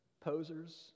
posers